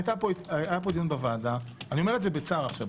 היה פה דיון בוועדה אני אומר את זה בצער עכשיו,